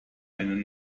eine